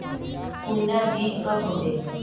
कुंडा बीज कब होबे?